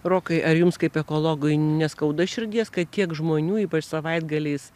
rokai ar jums kaip ekologui neskauda širdies kad tiek žmonių ypač savaitgaliais